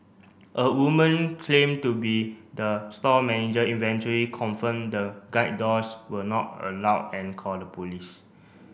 a woman claim to be the store manager eventually confirmed the guide dogs were not allowed and called police